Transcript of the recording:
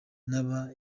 n’aba